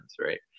right